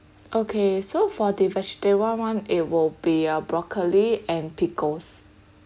okay so for the vegetarian [one] [one] it will be uh broccoli and pickles